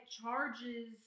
charges